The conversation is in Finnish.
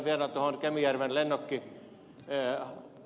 vielä tuohon kemijärven lennokkikeskukseen